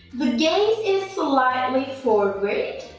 the gaze is slightly forward,